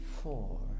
four